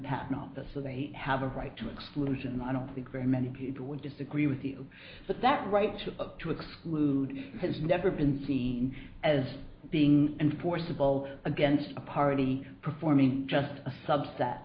not the so they have a right to exclude and i don't think very many people would disagree with you but that right to exclude has never been seen as being enforceable against a party performing just a subset